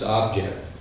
object